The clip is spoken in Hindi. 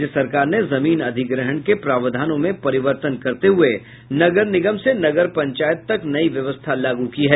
राज्य सरकार ने जमीन अधिग्रहण के प्रावधानों में परिवर्तन करते हुये नगर निगम से नगर पंचायत तक नयी व्यवस्था लागू की है